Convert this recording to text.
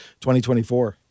2024